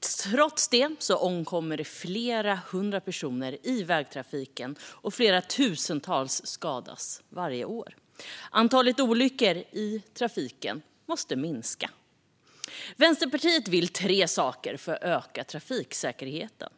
Trots det omkommer varje år flera hundra personer i vägtrafiken, och flera tusentals skadas. Antalet olyckor i trafiken måste minska. Vänsterpartiet vill göra tre saker för att öka trafiksäkerheten.